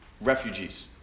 Refugees